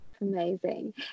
Amazing